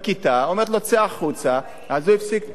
40. 40. היא אומרת לו "צא החוצה",